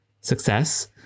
success